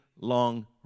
long